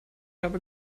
habe